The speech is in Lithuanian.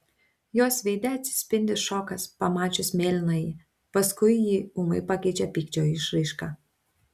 jos veide atsispindi šokas pamačius mėlynąjį paskui jį ūmai pakeičia pykčio išraiška